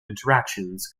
interactions